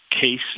case